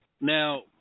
Now